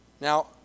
now